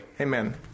Amen